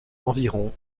environ